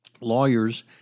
lawyers